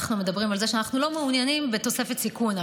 אנחנו מדברים על זה שאנחנו לא מעוניינים בתוספת סיכון.